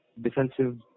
defensive